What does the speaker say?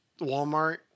Walmart